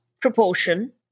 proportion